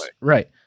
Right